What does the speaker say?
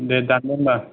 दे दान्दो होनबा